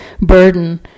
burden